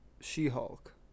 She-Hulk